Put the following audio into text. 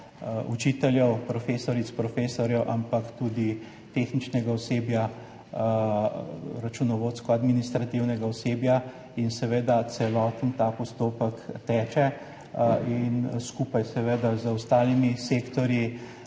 učiteljev, profesoric, profesorjev, ampak tudi tehničnega osebja, računovodsko-administrativnega osebja. Celoten ta postopek teče in skupaj z ostalimi sektorji